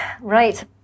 right